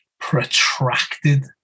protracted